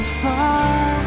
far